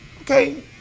okay